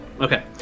Okay